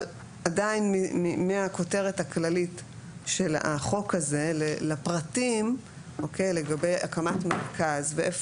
אבל עדיין מהכותרת הכללית של החוק הזה לפרטים לגבי הקמת מרכז ואיפה